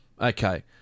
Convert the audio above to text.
Okay